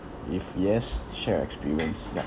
if yes share experience ya